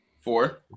Four